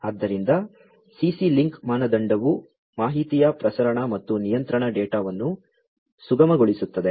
ಆದ್ದರಿಂದ CC link ಮಾನದಂಡವು ಮಾಹಿತಿಯ ಪ್ರಸರಣ ಮತ್ತು ನಿಯಂತ್ರಣ ಡೇಟಾವನ್ನು ಸುಗಮಗೊಳಿಸುತ್ತದೆ